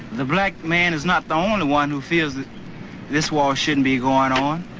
the black man is not the only one who feels that this war shouldn't be going on.